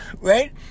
right